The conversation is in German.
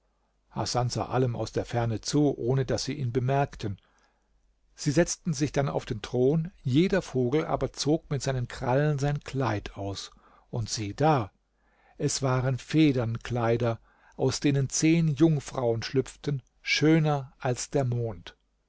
allem aus der ferne zu ohne daß sie ihn bemerkten sie setzten sich dann auf den thron jeder vogel aber zog mit seinen krallen sein kleid aus und sieh da es waren federnkleider aus denen zehn jungfrauen schlüpften schöner als der mond